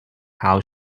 how